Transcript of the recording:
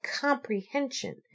comprehension